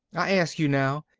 i ask you now,